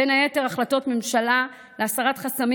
בין היתר: החלטות ממשלה להסרת חסמים